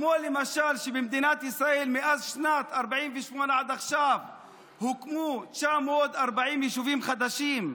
כמו למשל שבמדינת ישראל מאז 48' עד עכשיו הוקמו 940 יישובים חדשים,